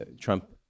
Trump